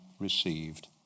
received